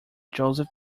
joseph